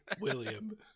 William